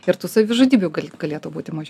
ir tų savižudybių gal galėtų būti mažiau